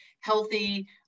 healthy